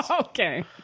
Okay